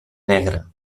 negre